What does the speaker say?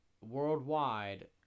worldwide